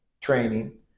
training